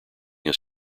his